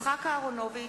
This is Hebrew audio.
יצחק אהרונוביץ,